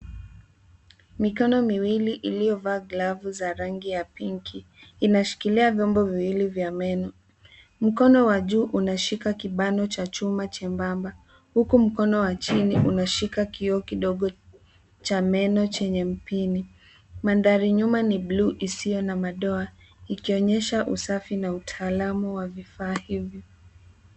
Mikono miwili iliyovaa glavu za rangi ya pinki inashikilia vyombo viwili vya meno. Mkono wa juu unashika kibano cha chuma chembamba huku mkono wa chini unashika kioo kidogo cha meno chenye mpini. Mandhari nyuma ni blue isiyo na madoa ikionyesha usafi na utaalamu wa vifaa hivyo.